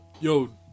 yo